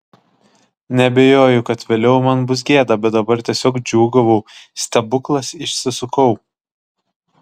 neabejojau kad vėliau man bus gėda bet dabar tiesiog džiūgavau stebuklas išsisukau